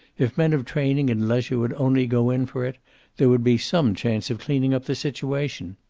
if men of training and leisure would only go in for it there would be some chance of cleaning up the situation.